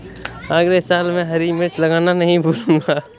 अगले साल मैं हरी मिर्च लगाना नही भूलूंगा